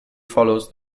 follows